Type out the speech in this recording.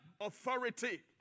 authority